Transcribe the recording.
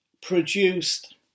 produced